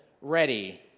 ready